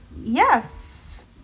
yes